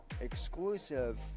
Exclusive